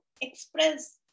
express